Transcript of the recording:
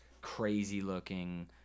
crazy-looking